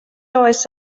oes